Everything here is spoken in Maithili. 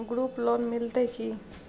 ग्रुप लोन मिलतै की?